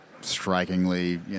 strikingly